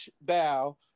Bow